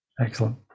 Excellent